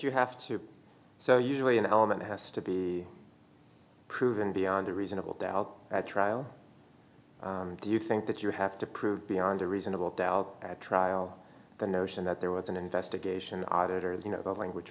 you have to so usually an element has to be proven beyond a reasonable doubt at trial do you think that you have to prove beyond a reasonable doubt at trial the notion that there was an investigation auditors you know the language